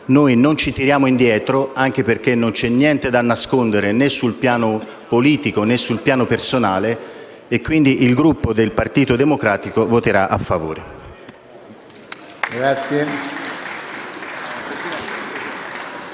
noi non ci tiriamo indietro, anche perché non c'è niente da nascondere sul piano né politico né personale e, quindi, il Gruppo del Partito Democratico voterà a favore.